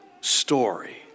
story